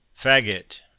Faggot